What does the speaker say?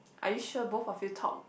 are you sure both of you talk